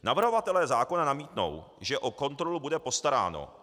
Navrhovatelé zákona namítnou, že o kontrolu bude postaráno.